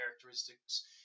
characteristics